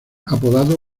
apodado